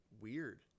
weird